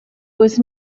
was